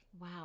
Wow